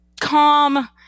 calm